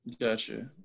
Gotcha